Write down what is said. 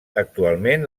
actualment